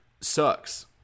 sucks